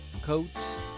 coats